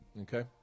okay